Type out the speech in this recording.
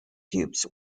cubes